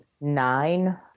nine